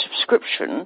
subscription